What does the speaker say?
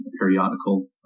periodical